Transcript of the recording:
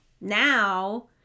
Now